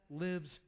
lives